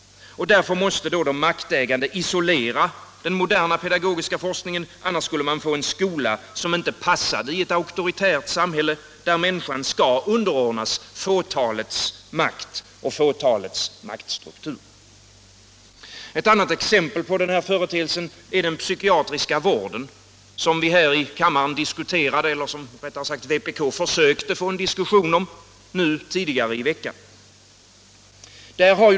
Därför måste de maktägande isolera den moderna pedagogiska forskningen, annars skulle man få en skola som inte passade i ett auktoritärt samhälle, där människan skall underordnas fåtalets makt och maktstruktur. Ett annat exempel på denna företeelse är den psykiatriska vården, som vpk försökte få en diskussion om tidigare i veckan.